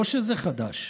לא שזה חדש,